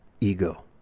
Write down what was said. ego